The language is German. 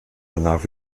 danach